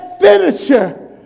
finisher